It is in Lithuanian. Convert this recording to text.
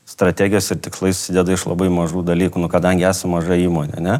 strategijos ir tikslai susideda iš labai mažų dalykų nu kadangi esam maža įmonė ane